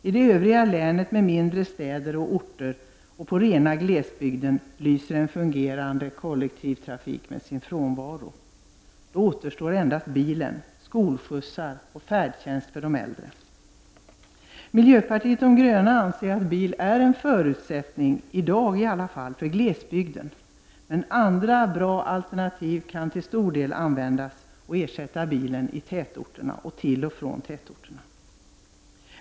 I det övriga länet, med mindre städer och orter samt i den rena glesbygden lyser en fungerande kollektivtrafik med sin frånvaro. Då återstår endast bilen, skolskjutsar och färdtjänst för de äldre. Miljöpartiet de gröna anser att bil i alla fall i dag är en förutsättning i glesbygden, men andra bra alternativ kan till stor del användas och ersätta bilen i tätorterna och till och från tätorterna.